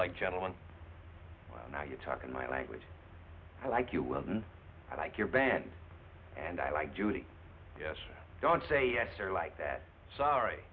like gentle on well now you're talking my language i like you whether i like your band and i like judy yes don't say yes or like that sorry